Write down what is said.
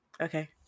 Okay